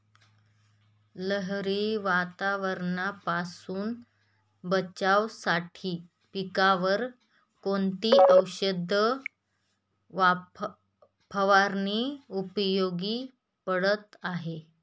लहरी वातावरणापासून बचावासाठी पिकांवर कोणती औषध फवारणी उपयोगी पडत आहे?